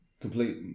complete